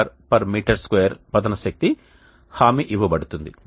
6 kWhm2 పతన శక్తి హామీ ఇవ్వబడుతుంది